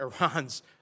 Iran's